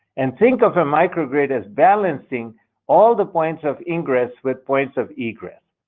and think of a micro-grid as balancing all the points of ingress with points of egress.